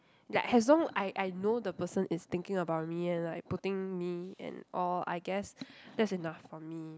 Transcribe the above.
that as long I I know the person is thinking about me and like putting me and all I guess that's enough for me